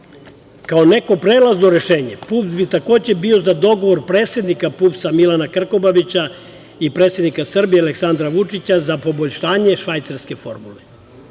neko prelazno rešenje, PUPS bi takođe bio za dogovor predsednika PUPS Milana Krkobabića i predsednika Srbije Aleksandra Vučića za poboljšanje švajcarske formule.